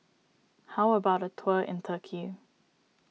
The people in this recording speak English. how about a tour in Turkey